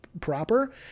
proper